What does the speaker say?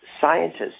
scientists